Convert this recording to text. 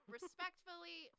Respectfully